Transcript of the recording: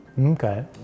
okay